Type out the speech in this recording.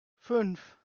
fünf